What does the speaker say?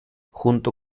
junto